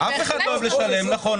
כנוכל,